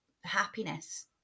happiness